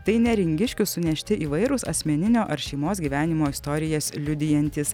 tai neringiškių sunešti įvairūs asmeninio ar šeimos gyvenimo istorijas liudijantys